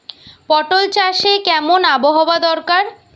পটল চাষে কেমন আবহাওয়া দরকার?